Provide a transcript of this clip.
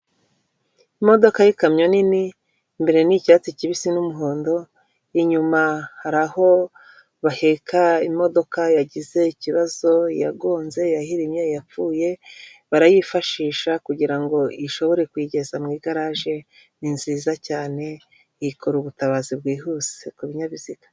Imodoka y'ikamyo nini imbere n'icyatsi kibisi n'umuhondo, inyuma hari aho baheka imodoka yagize ikibazo iyagonze, iyahirimye, iyapfuye, barayifashisha kugirango ishobore kuyigeza mu igaraje, ni nziza cyane ikora ubutabazi bwihuse ku binyabiziga.